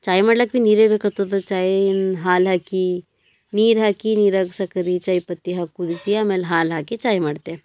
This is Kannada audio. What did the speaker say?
ಚಾಯ್ ಮಾಡ್ಲಕ್ಕ ಭೀ ನೀರೇ ಬೇಕಾಗ್ತದೆ ಚಾಯ್ ಹಾಲು ಹಾಕಿ ನೀರು ಹಾಕಿ ನೀರಾಗ ಸಕ್ರೆ ಚಾಯ್ ಪತ್ತಿ ಹಾಕಿ ಕುದಿಸಿ ಆಮೇಲೆ ಹಾಲು ಹಾಕಿ ಚಾಯ್ ಮಾಡ್ತೆ